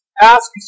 ask